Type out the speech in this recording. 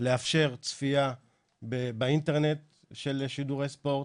לאפשר צפייה באינטרנט של שידורי הספורט.